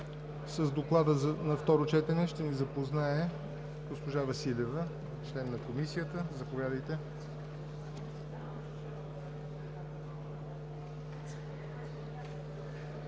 С доклада на второ четене ще ни запознае госпожа Ангелова, член на Комисията. Заповядайте,